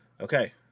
Okay